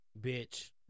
Bitch